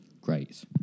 Great